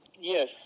Yes